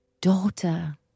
Daughter